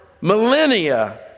millennia